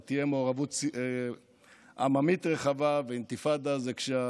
אינתיפאדה זה כשתהיה מעורבות עממית רחבה ואינתיפאדה זה כשהשוטרים,